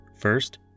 First